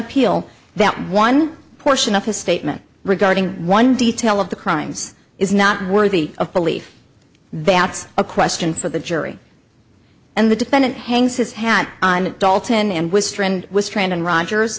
appeal that one portion of his statement regarding one detail of the crimes is not worthy of belief that's a question for the jury and the defendant hangs his hat on dalton and was trained was trained on rogers